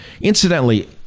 Incidentally